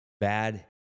Bad